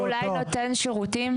אולי "נותן שירותים"?